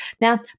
Now